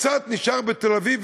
קצת נשאר בתל-אביב,